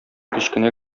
кечкенә